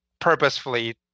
purposefully